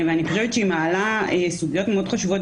ואני חושבת שהיא מעלה סוגיות מאוד חשובות